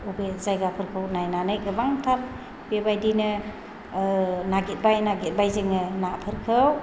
बबे जायगाफोरखौ नायनानै गोबांथार बेबायदिनो नागिरबाय नागिरबाय जोङो नाफोरखौ